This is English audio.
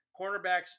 Cornerbacks